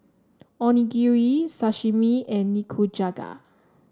Onigiri Sashimi and Nikujaga